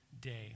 day